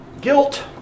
Guilt